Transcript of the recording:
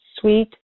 sweet